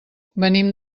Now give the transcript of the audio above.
venim